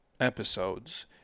episodes